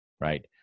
right